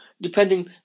depending